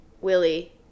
Willie